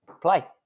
play